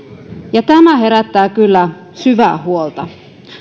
ja tämä herättää kyllä syvää huolta